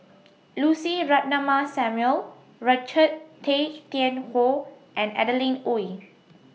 Lucy Ratnammah Samuel Richard Tay Tian Hoe and Adeline Ooi